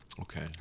Okay